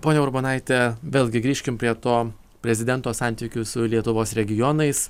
ponia urbonaite vėlgi grįžkim prie to prezidento santykių su lietuvos regionais